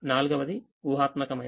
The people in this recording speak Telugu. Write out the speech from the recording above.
నాల్గవది ఊహాత్మకమైనది